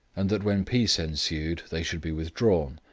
and that when peace ensued they should be withdrawn,